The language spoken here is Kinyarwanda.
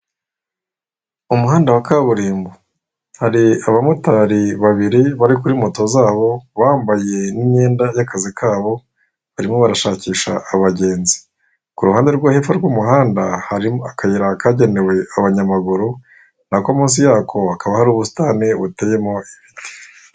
Umuhanda wa kaburimbo, hari abamotari babiri bari kuri moto zabo bambaye iyenda y'akazi kabo, barimo barashakisha abagenzi. Ku ruhande rwo hepfo rw'umuhanda hari akayira kagenewe abanyamaguru, na ko munsi ya ko hakaba hari ubusitani buteyemo ibiti.